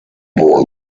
boy